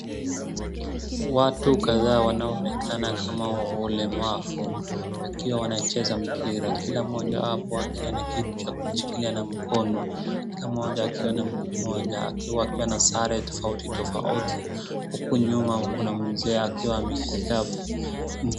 Watu kadhaaa wanaoonekana kama wa ulemavu wakiwa wanacheza mpira. Kila mmojawapo akiwa na kitu cha kushikilia na mkono. katika mmoja akiwa na mguu mmoja akiiwa na sare tofauti tofauti huku nyuma wako na mwenzake wameshika.